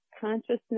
consciousness